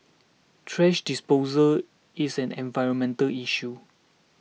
thrash disposal is an environmental issue